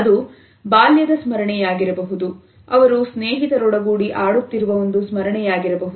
ಅದು ಬಾಲ್ಯದ ಸ್ಮರಣೆ ಯಾಗಿರಬಹುದು ಅವರು ಸ್ನೇಹಿತರೊಡಗೂಡಿ ಆಡುತ್ತಿರುವ ಒಂದು ಸ್ಮರಣೆ ಯಾಗಿರಬಹುದು